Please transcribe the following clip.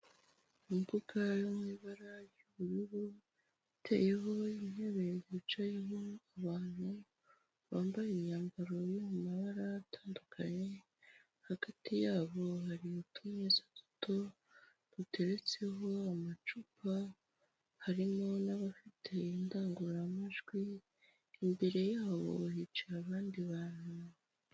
Imbuga yo mu ibara y'ubururu iteyeho intebe yicayemo abantu bambaye imyambaro yo mu mabara atandukanye, hagati yabo hari mu utumeza duto duteretseho amacupa, harimo n'abafite indangururamajwi, imbere yabo hicaye abandi bantu.